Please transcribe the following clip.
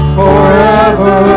forever